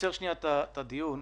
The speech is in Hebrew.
תודה.